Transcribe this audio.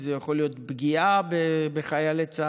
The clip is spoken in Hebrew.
זה יכול להיות פגיעה בחיילי צה"ל.